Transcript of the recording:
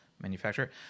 manufacturer